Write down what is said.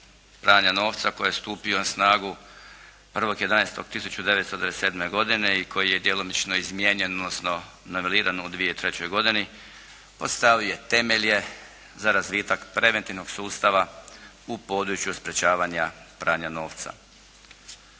pranja novca koji je stupio na snagu 1. 11. 1997. godine i koji je djelomično izmijenjen, odnosno noveliran u 2003. godini postavio je temelje za razvitak preventivnom sustava u području sprječavanja pranja novca.